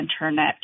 Internet